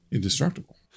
Indestructible